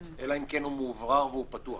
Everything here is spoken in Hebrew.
אלא אם כן הוא מאוורר והוא פתוח.